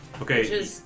Okay